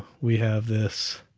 we have this,